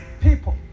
people